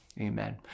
Amen